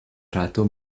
rato